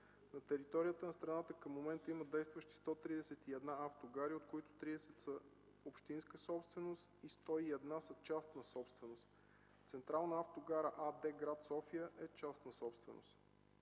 На територията на страната към момента има действащи 131 автогари, от които 30 са общинска собственост и 101 са частна собственост. „Централна автогара” АД – гр. София, е частна собственост.